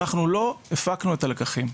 אנחנו לא הפקנו את הלקחים.